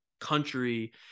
country